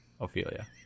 Ophelia